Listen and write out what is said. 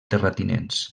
terratinents